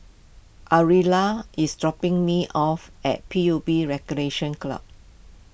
Ariella is dropping me off at P U B Recreation Club